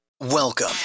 Welcome